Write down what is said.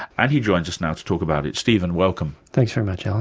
and he joins us now to talk about it. stephen, welcome. thanks very much, alan.